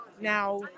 now